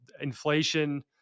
inflation